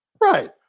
Right